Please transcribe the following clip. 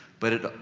but it,